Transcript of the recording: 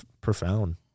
profound